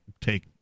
take